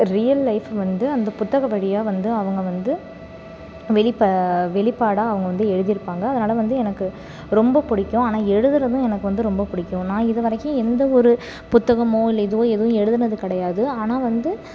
real life வந்து அந்த புத்தக வழியாக வந்து அவங்க வந்து வெளிப்ப வெளிப்பாடாக அவங்க வந்து எழுதியிருப்பாங்க அதனால் வந்து எனக்கு ரொம்ப பிடிக்கும் ஆனால் எழுதுகிறதும் எனக்கு வந்து ரொம்ப பிடிக்கும் நான் இதுவரைக்கும் எந்த ஒரு புத்தகமோ இல்லை இதுவோ எதுவும் எழுதினது கிடையாது ஆனால் வந்து